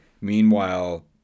meanwhile